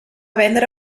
vendre